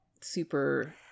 super